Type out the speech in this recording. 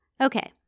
Okay